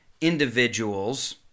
individuals